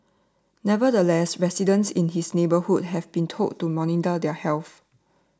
nevertheless residents in his neighbourhood have been told to monitor their health